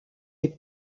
est